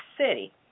City